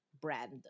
brand